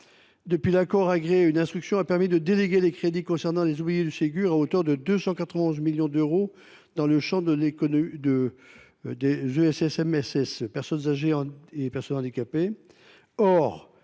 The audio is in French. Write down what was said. Depuis l’accord agréé, une instruction a permis de déléguer les crédits concernant les oubliés du Ségur à hauteur de 291 millions d’euros dans le champ des établissements et services sociaux